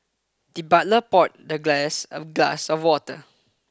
the butler poured the guest a glass of water